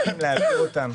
אנחנו צריכים להעביר אותם